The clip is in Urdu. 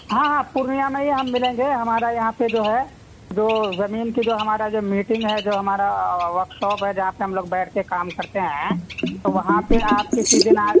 ہاں ہاں پورنیہ میں ہی ہم ملیں گے ہمارا یہاں پہ جو ہے جو زمین کی جو ہمارا جو میٹنگ ہے جو ہمارا ورک شاپ ہے جہاں پہ ہم لوگ بیٹھ کے کام کرتے ہیں تو وہاں پہ آپ کسی دن آ